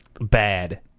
bad